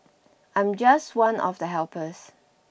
I'm just one of the helpers